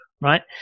right